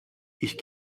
ich